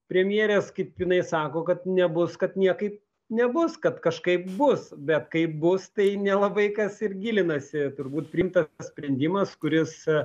premjerės kaip jinai sako kad nebus kad niekaip nebus kad kažkaip bus bet kaip bus tai nelabai kas ir gilinasi turbūt priimtas sprendimas kuris